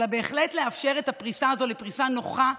אלא בהחלט לאפשר את הפריסה הזאת כפריסה נוחה,